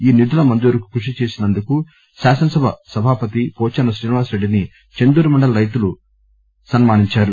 ఈ నిధుల మంజురుకు కృషి చేసినందుకు శాసనసభ సభాపతి పోదారం శ్రీనివాస రెడ్డి ని చందూరు మండల రైతులు ఈరోజు సన్మానించారు